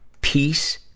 peace